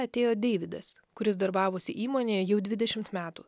atėjo deividas kuris darbavosi įmonėje jau dvidešimt metų